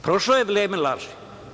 Prošlo je vreme laži.